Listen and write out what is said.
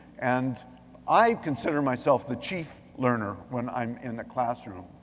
and i consider myself the chief learner when i'm in a classroom.